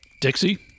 Dixie